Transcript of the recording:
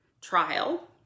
trial